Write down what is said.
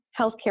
healthcare